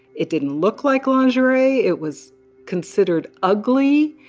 it didn't look like lingerie. it was considered ugly.